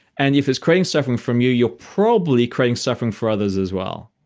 and if it's creating suffering from you, you're probably creating suffering for others as well.